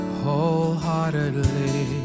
wholeheartedly